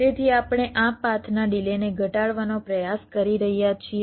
તેથી આપણે આ પાથના ડિલેને ઘટાડવાનો પ્રયાસ કરી રહ્યા છીએ